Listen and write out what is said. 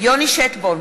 יוני שטבון,